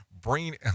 brain